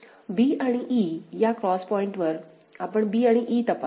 b आणि e या cross पॉईंटवर आपण b आणि e तपासतो